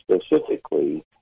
specifically